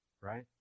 right